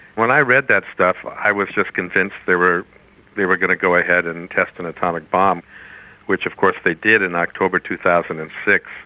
when i read that stuff i was just convinced they were they were going to go ahead and test an atomic bomb which of course they did in october two thousand and six.